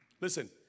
Listen